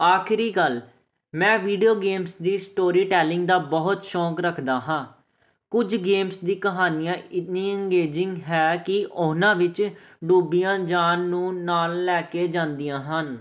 ਆਖਰੀ ਗੱਲ ਮੈਂ ਵੀਡੀਓ ਗੇਮਸ ਦੀ ਸਟੋਰੀ ਟੈਲਿੰਗ ਦਾ ਬਹੁਤ ਸ਼ੌਕ ਰੱਖਦਾ ਹਾਂ ਕੁਝ ਗੇਮਸ ਦੀਆਂ ਕਹਾਣੀਆਂ ਇੰਨੀਆਂ ਅਗੇਜਿੰਗ ਹੈ ਕਿ ਉਹਨਾਂ ਵਿੱਚ ਡੋਬੀਆਂ ਜਾਣ ਨੂੰ ਨਾਲ ਲੈ ਕੇ ਜਾਂਦੀਆਂ ਹਨ